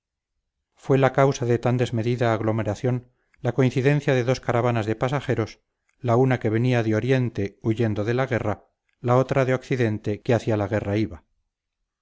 fue a causa de tan desmedida aglomeración la coincidencia de dos caravanas de pasajeros la una que venía de oriente huyendo de la guerra la otra de occidente que hacia la guerra iba